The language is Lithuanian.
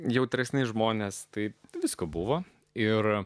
jautresni žmonės taip visko buvo ir